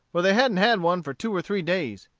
for they hadn't had one for two or three days.